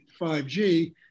5G